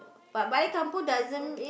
but blaik kampung doesn't mean